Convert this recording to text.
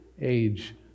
age